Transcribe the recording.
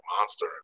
Monster